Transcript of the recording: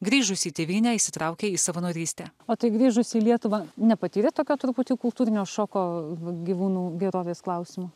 grįžus į tėvynę įsitraukė į savanorystę o tai grįžus į lietuvą nepatyrėt tokio truputį kultūrinio šoko gyvūnų gerovės klausimu